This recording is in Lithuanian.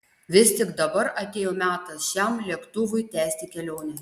vis tik dabar atėjo metas šiam lėktuvui tęsti kelionę